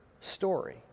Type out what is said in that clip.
story